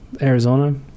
Arizona